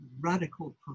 radical